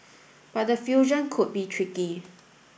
but the fusion could be tricky